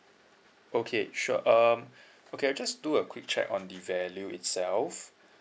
okay sure um okay I'll just do a quick check on the value itself